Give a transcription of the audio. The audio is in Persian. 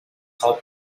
خواب